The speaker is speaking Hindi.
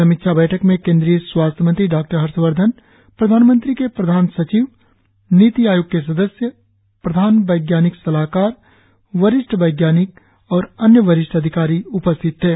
समीक्षा बैठक में केन्द्रीय स्वास्थ्य मंत्री डॉक्टर हर्षवर्धन प्रधानमंत्री के प्रधान सचिव नीति आयोग सदस्य प्रधान वैज्ञानिक सलाहकार वरिष्ठ वैज्ञानिक और अन्य वरिष्ठ अधिकारी उपस्थित थे